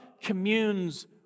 communes